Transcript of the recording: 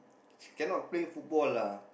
cannot play football lah